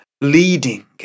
leading